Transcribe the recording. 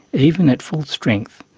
even at full strength,